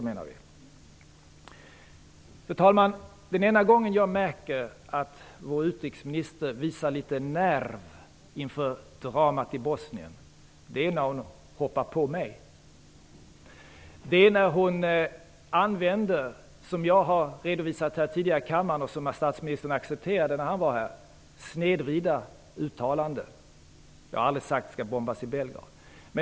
Fru talman! Den enda gång som jag märker att vår utrikesminister visar litet nerv inför dramat i Bosnien är när hon hoppar på mig. Det är när hon använder snedvridna uttalanden. Det har jag redovisat tidigare här i kammaren och statsministern accepterade det när han var här. Jag har aldrig sagt att det skall bombas i Belgrad.